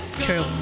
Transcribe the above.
True